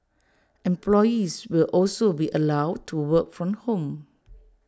employees will also be allowed to work from home